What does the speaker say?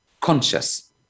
conscious